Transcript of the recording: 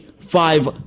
five